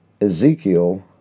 Ezekiel